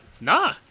Nah